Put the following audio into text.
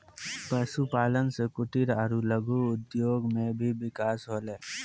पशुपालन से कुटिर आरु लघु उद्योग मे भी बिकास होलै